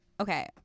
okay